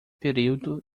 período